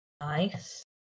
Nice